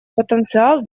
потенциал